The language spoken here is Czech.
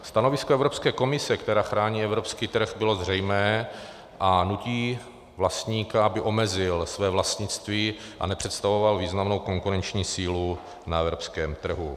Stanovisko Evropské komise, která chrání evropský trh, bylo zřejmé a nutí vlastníka, aby omezil své vlastnictví a nepředstavoval významnou konkurenční sílu na evropském trhu.